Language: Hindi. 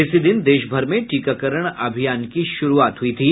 इसी दिन देशभर में टीकाकरण अभियान की शुरुआत की गई थी